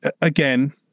again